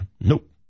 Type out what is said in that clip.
Nope